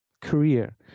career